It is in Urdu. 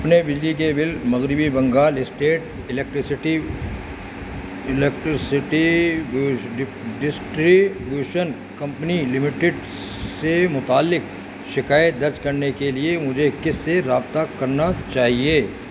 اپنے بجلی کے بل مغربی Bengal state electricity electricity distribution company limited سے متعلق شکایت درج کرنے کے لیے مجھے کس سے رابطہ کرنا چاہیے